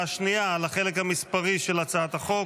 השנייה על החלק המספרי של הצעת החוק,